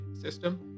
system